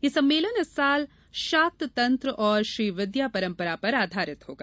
ये सम्मेलन इस साल शाक्त तंत्र एवं श्रीविद्या परंपरा पर आधारित होगा